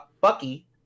Bucky